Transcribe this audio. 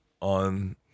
on